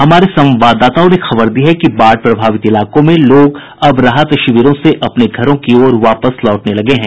हमारे संवाददाताओं ने खबर दी है कि बाढ़ प्रभावित इलाकों में लोग अब राहत शिविरों से अपने घरों की ओर वापस लौटने लगे हैं